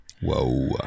whoa